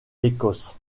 l’écosse